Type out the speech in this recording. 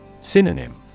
Synonym